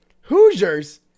hoosiers